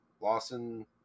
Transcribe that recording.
Lawson